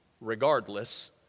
regardless